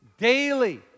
Daily